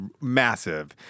massive